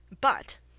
But—